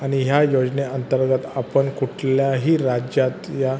आणि ह्या योजनेअंतर्गत आपण कुठल्याही राज्यातल्या